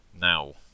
Now